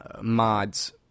mods